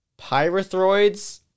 Pyrethroids